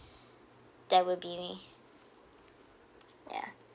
that will be me yeah